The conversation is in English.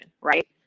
right